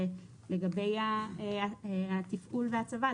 ולגבי התפעול וההצבה,